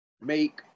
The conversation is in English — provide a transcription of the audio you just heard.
make